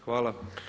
Hvala.